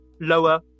lower